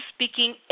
speaking